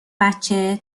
بچه